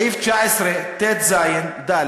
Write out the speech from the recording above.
אני עד עכשיו לא